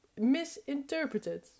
misinterpreted